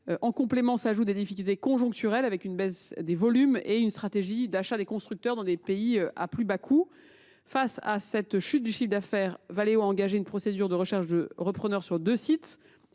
misé. S’y ajoutent des difficultés conjoncturelles, notamment une baisse des volumes et la réorientation des stratégies d’achat des constructeurs vers des pays à plus bas coût. Face à cette chute de son chiffre d’affaires, Valeo a engagé une procédure de recherche de repreneurs pour deux sites.